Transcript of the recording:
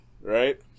right